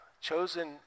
Chosen